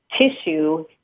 tissue